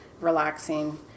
relaxing